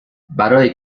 برای